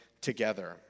together